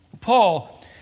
Paul